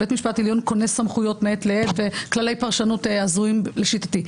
בית משפט עליון קונה סמכויות מעת לעת בכללי פרשנות הזויים לשיטתי,